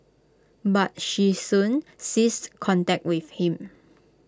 but she soon ceased contact with him